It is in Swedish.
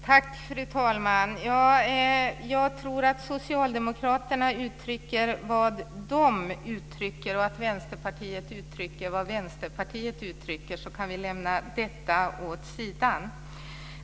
Fru talman! Jag tror att Socialdemokraterna uttrycker vad de uttrycker och att Vänsterpartiet uttrycker vad Vänsterpartiet uttrycker. Då kan vi lämna detta åt sidan.